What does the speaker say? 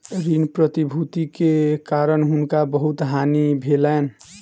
ऋण प्रतिभूति के कारण हुनका बहुत हानि भेलैन